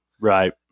Right